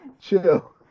Chill